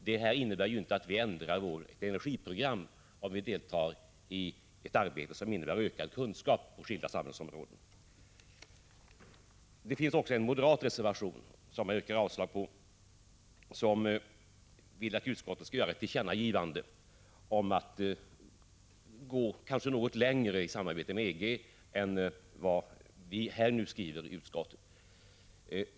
Det innebär inte att vi ändrar vårt energiprogram om vi deltar i ett arbete som ger ökad kunskap på skilda samhällsområden. Det finns också en moderat reservation, som jag yrkar avslag på, vari krävs att riksdagen skall göra ett tillkännagivande om att gå något längre i fråga om samarbete med EG än vad utskottet nu skriver.